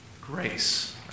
grace